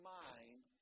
mind